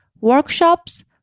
workshops